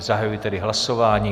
Zahajuji tedy hlasování.